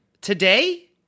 today